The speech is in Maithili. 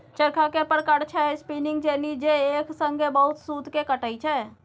चरखा केर प्रकार छै स्पीनिंग जेनी जे एक संगे बहुत सुत केँ काटय छै